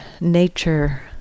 nature